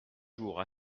jours